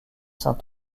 saint